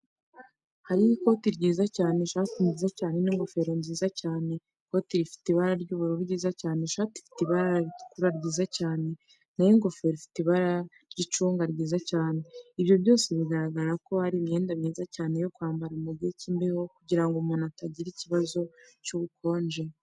Hariho ikoti ryiza cyane, ishati nziza cyane, n'ingofero nziza cyane. Ikoti rifite ibara ry'ubururu ryiza cyane, ishati ifite ibara ritukura ryiza cyane, na ho ingofero ifite ibara ry'icunga ryiza cyane. Ibyo byose bigaragara ko ari imyenda myiza cyane yo kwambara mu gihe cy'imbeho kugira ngo umuntu atagira ibibazo by'ubukonje.